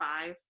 Five